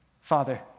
Father